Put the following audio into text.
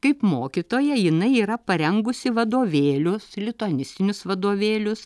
kaip mokytoja jinai yra parengusi vadovėlius lituanistinius vadovėlius